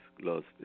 lost